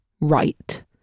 right